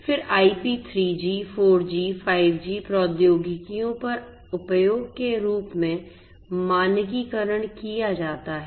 फिर IP 3 G 4 G 5 G प्रौद्योगिकियों पर उपयोग के रूप में मानकीकरण किया जाता है